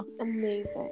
amazing